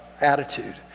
attitude